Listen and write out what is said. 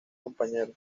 compañero